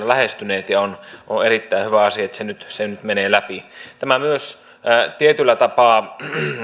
lähestyneet ja on erittäin hyvä asia että se nyt menee läpi tämä myös tietyllä tapaa